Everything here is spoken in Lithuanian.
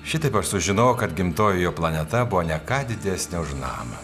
šitaip aš sužinojau kad gimtoji jo planeta buvo ne ką didesnė už namą